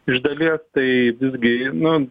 iš dalies tai visgi nu